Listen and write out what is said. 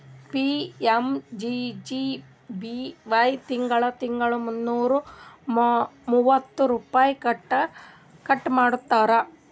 PMJJBY ತಿಂಗಳಾ ತಿಂಗಳಾ ಮುನ್ನೂರಾ ಮೂವತ್ತ ರುಪೈ ಕಟ್ ಮಾಡ್ಕೋತಾರ್